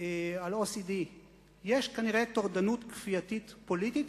על OCD. יש כנראה טורדנות כפייתית פוליטית,